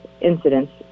incidents